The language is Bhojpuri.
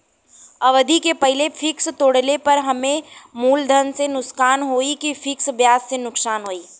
अवधि के पहिले फिक्स तोड़ले पर हम्मे मुलधन से नुकसान होयी की सिर्फ ब्याज से नुकसान होयी?